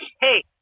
hey